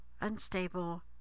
unstable